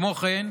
כמו כן,